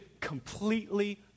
completely